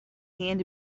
hand